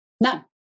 None